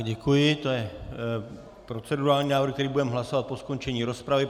Děkuji, to je procedurální návrh, který budeme hlasovat po skončení rozpravy.